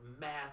math